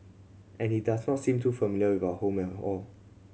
and he does not seem too familiar with our home all